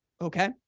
Okay